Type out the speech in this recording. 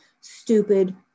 stupid